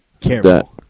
careful